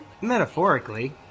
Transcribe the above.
Metaphorically